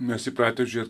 mes įpratę žiūrėt